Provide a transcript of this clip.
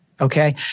Okay